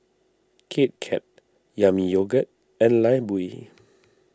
Kit Kat Yami Yogurt and Lifebuoy